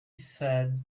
said